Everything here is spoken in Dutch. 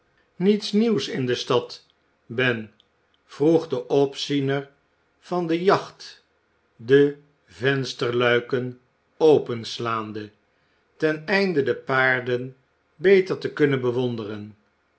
niets nieuws in de stad ben vroeg de opziener van de jacht de vensterluikert openslaande ten einde de paarden beter te kunnen bewonderen